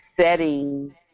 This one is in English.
setting